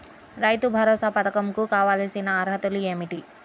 రైతు భరోసా పధకం కు కావాల్సిన అర్హతలు ఏమిటి?